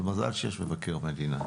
אבל מזל שיש מבקר מדינה.